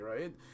right